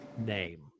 name